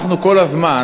אנחנו כל הזמן,